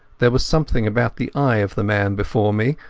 there was something about the eye of the man before me,